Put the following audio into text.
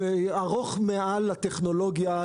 ארוך מעל הטכנולוגיה,